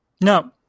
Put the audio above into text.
No